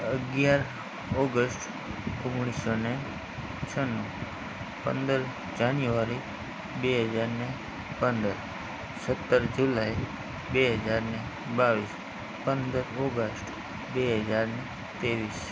અગિયાર ઑગસ્ટ ઓગણીસ સો અને છન્નું પંદર જાન્યુઆરી બે હજાર અને પંદર સત્તર જુલાઈ બે હજાર અને બાવીસ પંદર ઑગસ્ટ બે હજાર અને ત્રેવીસ